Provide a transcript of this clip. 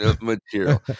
Material